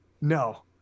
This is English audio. no